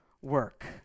work